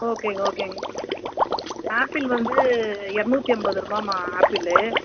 ஓகேங்க ஓகேங்க ஆப்பிள் வந்து இருநூற்றி ஐம்பது ரூபாய்மா ஆப்பிள்